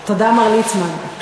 תודה, מר ליצמן.